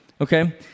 okay